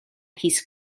his